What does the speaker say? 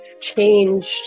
changed